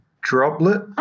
droplet